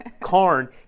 Karn